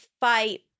fight